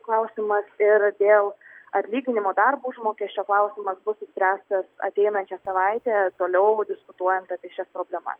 klausimas ir dėl atlyginimo darbo užmokesčio klausimas bus išspręstas ateinančią savaitę toliau diskutuojant apie šias problemas